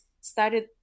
started